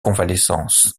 convalescence